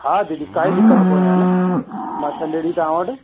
हा दीदी कोई दिक़त कोन्हे आहे न मां संडे ॾींहुं तव्हां वटि